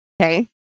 okay